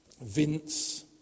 Vince